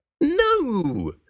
No